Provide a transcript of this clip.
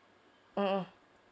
mmhmm